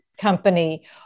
company